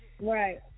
Right